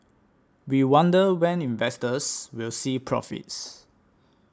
we wonder when investors will see profits